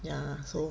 ya so